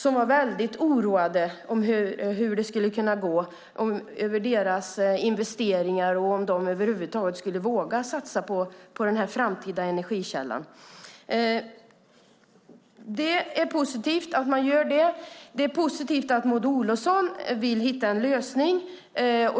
De var väldigt oroade över hur det skulle gå med deras investeringar och om de över huvud taget skulle våga satsa på den här framtida energikällan. Det är positivt att man gör det och det är positivt att Maud Olofsson vill hitta en lösning.